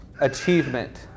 achievement